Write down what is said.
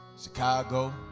Chicago